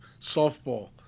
softball